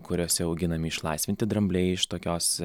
kuriose auginami išlaisvinti drambliai iš tokios